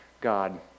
God